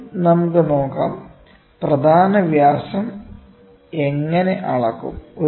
ആദ്യം നമുക്ക് നോക്കാം പ്രധാന വ്യാസം എങ്ങനെ അളക്കും